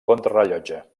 contrarellotge